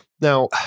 now